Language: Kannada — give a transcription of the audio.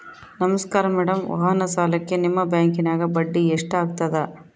ನಮಸ್ಕಾರ ಮೇಡಂ ವಾಹನ ಸಾಲಕ್ಕೆ ನಿಮ್ಮ ಬ್ಯಾಂಕಿನ್ಯಾಗ ಬಡ್ಡಿ ಎಷ್ಟು ಆಗ್ತದ?